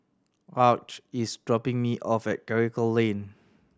Arch is dropping me off at Karikal Lane